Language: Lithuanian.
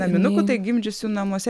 naminukų tai gimdžiusių namuose